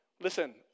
listen